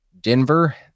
Denver